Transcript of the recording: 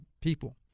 people